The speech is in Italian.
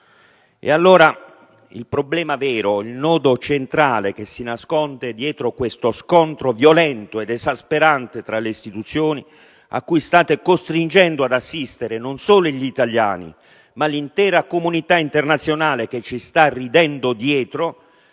restano. Il problema vero, il nodo centrale che si nasconde dietro questo scontro violento ed esasperante tra le istituzioni, a cui state costringendo ad assistere non solo gli italiani, ma l'intera comunità internazionale, che ci sta ridendo dietro,